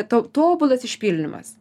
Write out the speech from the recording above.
tau tobulas išpildymas